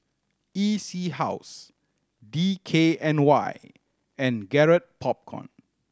E C House D K N Y and Garrett Popcorn